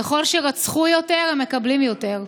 ככל שרצחו יותר הם מקבלים יותר.